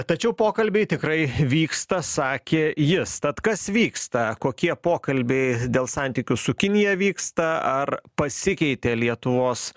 tačiau pokalbiai tikrai vyksta sakė jis tad kas vyksta kokie pokalbiai dėl santykių su kinija vyksta ar pasikeitė lietuvos